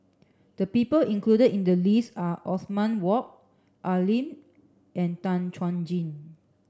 the people included in the list are Othman Wok Al Lim and Tan Chuan Jin